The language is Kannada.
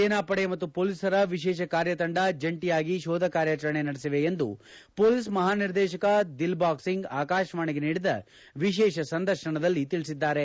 ಸೇನಾಪಡೆ ಮತ್ತು ಮೊಲೀಸರ ವಿಶೇಷ ಕಾರ್ಯತಂಡ ಜಂಟಿಯಾಗಿ ಶೋಧ ಕಾರ್ಯಾಚರಣೆ ನಡೆಸಿವೆ ಎಂದು ಮೊಲೀಸ್ ಮಹಾನಿರ್ದೇಶಕ ದಿಲ್ಲಾಗ್ ಸಿಂಗ್ ಆಕಾಶವಾಣಿಗೆ ನೀಡಿದ ವಿಶೇಷ ಸಂದರ್ಶನದಲ್ಲಿ ತಿಳಿಸಿದ್ದಾರೆ